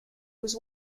was